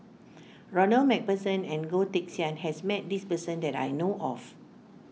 Ronald MacPherson and Goh Teck Sian has met this person that I know of